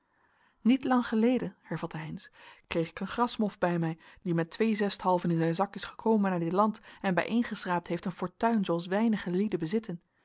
niet lang geleden hervatte heynsz kreeg ik een grasmof bij mij die met twee zesthalven in zijn zak is gekomen naar dit land en bijeengeschraapt heeft een fortuin zooals weinige lieden bezitten